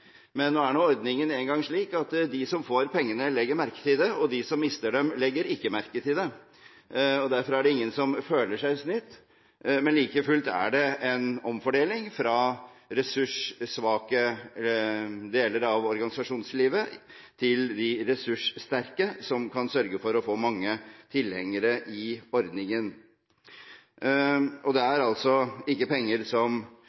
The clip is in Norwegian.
Men nå er nå ordningen engang slik at de som får pengene, legger merke til det, og de som mister dem, legger ikke merke til det, og derfor er det ingen som føler seg snytt. Like fullt er det en omfordeling fra ressurssvake deler av organisasjonslivet til de ressurssterke, som kan sørge for å få mange tilhengere i ordningen, og det er altså ikke penger som